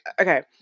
okay